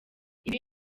ibi